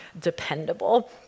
dependable